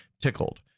tickled